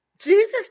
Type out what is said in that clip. Jesus